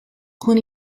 con